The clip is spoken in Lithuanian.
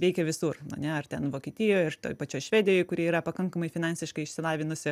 veikia visur ane ar ten vokietijoj ar toj pačioj švedijoj kuri yra pakankamai finansiškai išsilavinusi